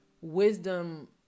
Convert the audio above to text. wisdom